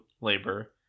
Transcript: labor